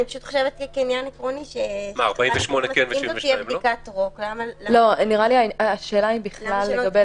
אבל כעניין עקרוני- -- 72 עלה גם לגבי